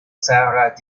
sahara